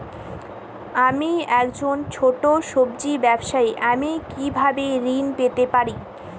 আমি একজন ছোট সব্জি ব্যবসায়ী আমি কিভাবে ঋণ পেতে পারি?